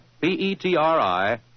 P-E-T-R-I